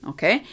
Okay